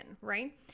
right